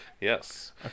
Yes